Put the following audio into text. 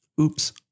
oops